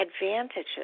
advantages